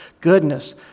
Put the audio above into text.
goodness